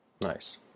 Nice